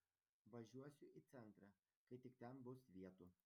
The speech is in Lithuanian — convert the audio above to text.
važiuosiu į centrą kai tik ten bus vietų